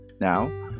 Now